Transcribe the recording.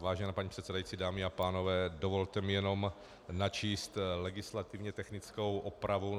Vážená paní předsedající, dámy a pánové, dovolte mi jenom načíst legislativně technickou opravu.